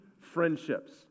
friendships